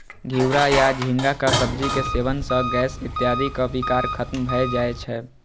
घिवरा या झींगाक सब्जी के सेवन सं गैस इत्यादिक विकार खत्म भए जाए छै